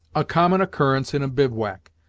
a common occurrence in a bivouac,